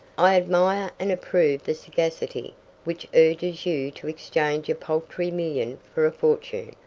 i admire and approve the sagacity which urges you to exchange a paltry million for a fortune,